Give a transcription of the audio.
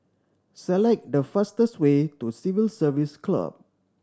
select the fastest way to Civil Service Club